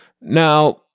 Now